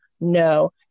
No